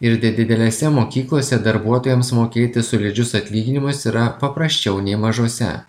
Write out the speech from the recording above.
ir di didelėse mokyklose darbuotojams mokėti solidžius atlyginimus yra paprasčiau nei mažose